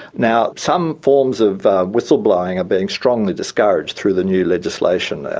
now, some forms of whistle-blowing are being strongly discouraged through the new legislation,